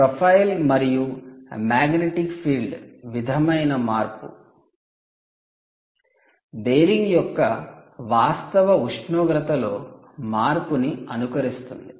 profile మరియు magnetic field విధమైన మార్పు బేరింగ్ యొక్క వాస్తవ ఉష్ణోగ్రతలో మార్పును అనుకరిస్తుంది